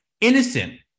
innocent